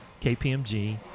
kpmg